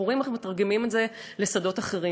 ואנחנו רואים איך מתרגמים את זה לשדות אחרים.